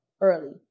early